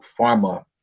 pharma